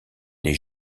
des